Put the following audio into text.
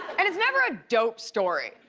and it's never a dope story.